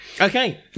Okay